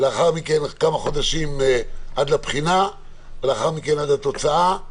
לאחר מכן כמה חודשים עד לבחינה ולאחר מכן עד התוצאה,